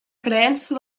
creença